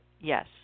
yes